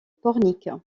pornic